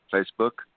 Facebook